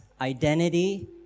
identity